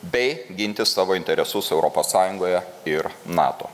bei ginti savo interesus europos sąjungoje ir nato